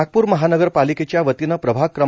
नागपूर महानगरपालिकेच्या वतीनं प्रभाग क्र